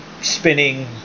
spinning